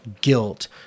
guilt